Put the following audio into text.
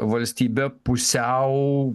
valstybė pusiau